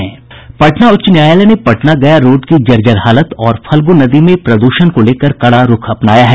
पटना उच्च न्यायालय ने पटना गया रोड की जर्जर हालत और फल्गू नदी में प्रद्षण को लेकर कड़ा रूख अपनाया है